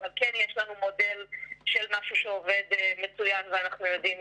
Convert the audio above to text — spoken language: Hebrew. אבל יש לנו מודל של משהו שעובד מצוין ואנחנו יודעים